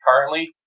currently